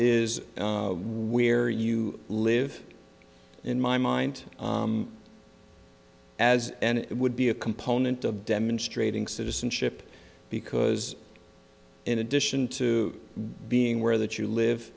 is where you live in my mind as and it would be a component of demonstrating citizenship because in addition to being where that you live